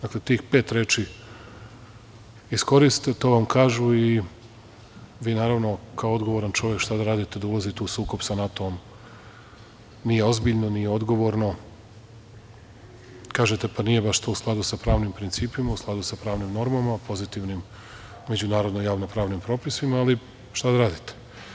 Dakle, tih pet reči iskoriste i to vam kažu i vi naravno kao odgovoran čovek šta da radite, da ulazite u sukob sa NATO-om, nije ozbiljno, nije odgovorno, kažete, pa nije baš to u skladu sa pravnim principima, u skladu sa pravnim normama, pozitivnim međunarodno javno pravnim propisima, ali šta da radite.